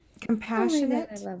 compassionate